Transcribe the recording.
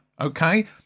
okay